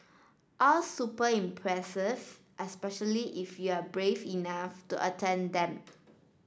all super impressive especially if you are brave enough to attempt them